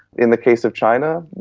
in the case of china,